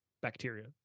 Bacteria